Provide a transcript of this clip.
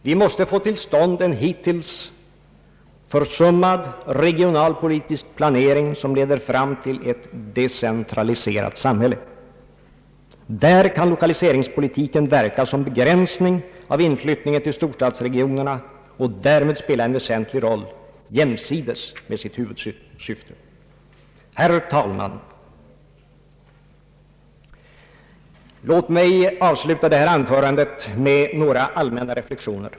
Vi måste få till stånd en hittills försummad regionalpolitisk planering som leder fram till ett decentraliserat samhälle. Där kan lokaliseringspolitiken begränsa inflytt Allmänpolitisk debatt ningen till storstadsregionerna och därmed spela en väsentlig roll, jämsides med sitt huvudsyfte. Herr talman! Låt mig avsluta det här anförandet med några allmänna reflexioner.